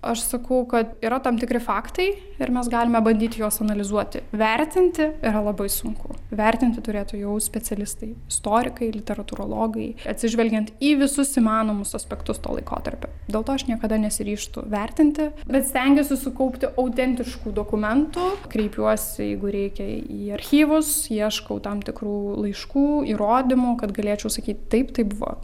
aš sakau kad yra tam tikri faktai ir mes galime bandyti juos analizuoti vertinti yra labai sunku vertinti turėtų jau specialistai istorikai literatūrologai atsižvelgiant į visus įmanomus aspektus to laikotarpio dėl to aš niekada nesiryžtu vertinti bet stengiuosi sukaupti autentiškų dokumentų kreipiuosi jeigu reikia į archyvus ieškau tam tikrų laiškų įrodymų kad galėčiau sakyt taip tai buvo